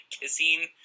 kissing